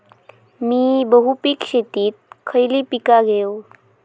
मी बहुपिक शेतीत खयली पीका घेव?